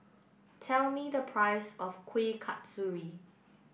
tell me the price of Kuih Kasturi